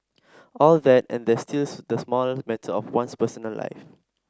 all that and there's still the small matter of one's personal life